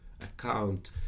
account